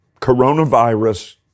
coronavirus